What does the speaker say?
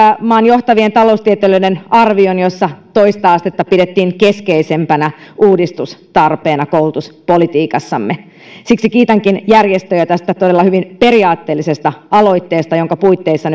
maan johtavien taloustieteilijöiden arvion jossa toista astetta pidettiin keskeisimpänä uudistustarpeena koulutuspolitiikassamme siksi kiitänkin järjestöjä tästä todella hyvin periaatteellisesta aloitteesta jonka puitteissa